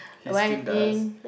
he still does